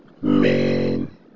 man